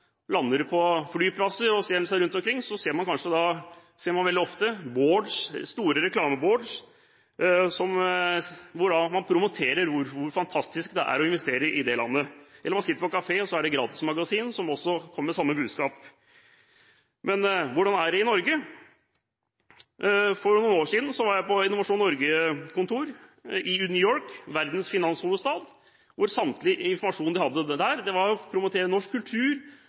lander på flyplasser og ser meg rundt, ser jeg veldig ofte store reklameboards, hvor man promoterer hvor fantastisk det er å investere i det landet, eller man kan sitte på kafé og få et gratismagasin som kommer med det samme budskapet. Men hvordan er det i Norge? For noen år siden var jeg på Innovasjon Norges kontor i New York, verdens finanshovedstad. All informasjonen de hadde der, handlet om å promotere norsk kultur